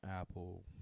Apple